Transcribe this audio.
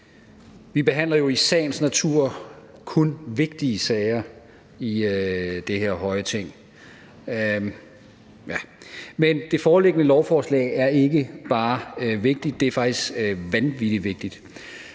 Vi behandler jo i sagens natur kun vigtige sager i det her høje Ting – ja. Men det foreliggende lovforslag er ikke bare vigtigt, det er faktisk vanvittig vigtigt.